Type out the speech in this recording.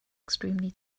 extremely